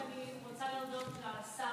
קודם כול, אני רוצה להודות לשר